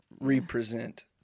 represent